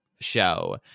show